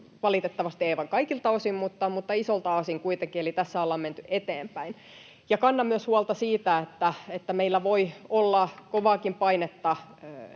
valitettavasti ei aivan kaikilta osin, mutta isolta osin kuitenkin. Eli tässä ollaan menty eteenpäin. Kannan myös huolta siitä, että meillä voi olla kovaakin painetta